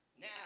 Now